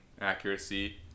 accuracy